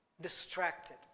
distracted